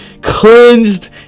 cleansed